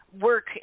work